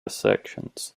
sections